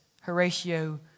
Horatio